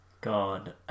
God